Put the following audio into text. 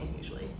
usually